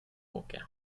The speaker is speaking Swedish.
åka